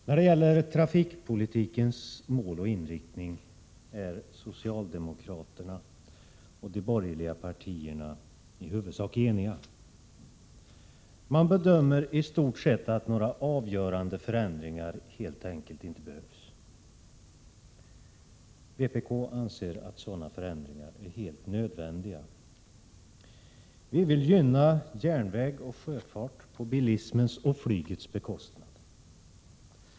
Fru talman! När det gäller trafikpolitikens mål och inriktning är socialdemokraterna och de borgerliga partierna i huvudsak eniga. Man bedömer i stort sett att några avgörande förändringar helt enkelt inte behövs. Vpk anser att sådana förändringar är helt nödvändiga. Vi vill gynna järnväg och sjöfart på bilismens och flygets bekostnad.